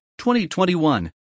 2021